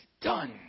done